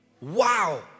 Wow